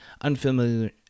unfamiliar